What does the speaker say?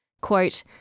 Quote